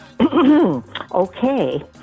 Okay